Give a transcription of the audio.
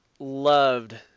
loved